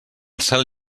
cel